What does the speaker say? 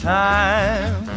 time